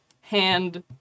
Hand